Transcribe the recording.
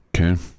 Okay